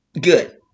good